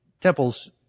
temples